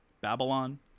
Babylon